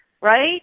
right